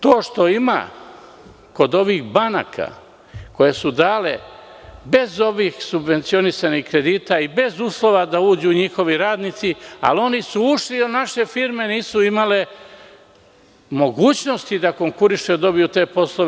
To što ima kod ovih banaka koje su dale bez ovih subvencionisanih kredita i bez uslova da uđu njihovi radnici, oni jesu ušli, ali samo zato što naše firme nisu imale mogućnosti da konkurišu i da dobiju te poslove.